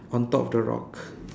on top of the rock